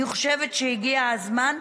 אני חושבת שהגיע הזמן.